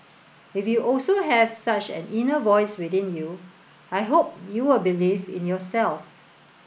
if you also have such an inner voice within you I hope you will believe in yourself